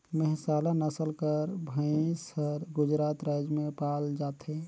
मेहसाला नसल कर भंइस हर गुजरात राएज में पाल जाथे